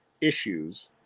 issues